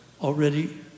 already